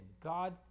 God